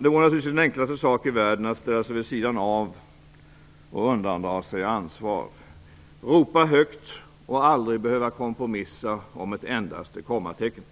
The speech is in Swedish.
Det vore naturligtvis den enklaste sak i världen att ställa sig vid sidan av och undandra sig ansvar, ropa högt och aldrig behöva kompromissa om ett endaste kommatecken.